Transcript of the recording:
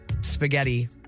spaghetti